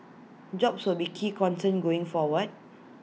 jobs will be key concern going forward